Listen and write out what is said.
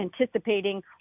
anticipating